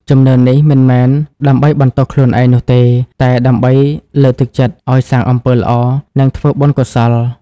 ជំនឿនេះមិនមែនដើម្បីបន្ទោសខ្លួនឯងនោះទេ តែដើម្បីលើកទឹកចិត្តឱ្យសាងអំពើល្អ និងធ្វើបុណ្យកុសល។